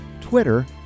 Twitter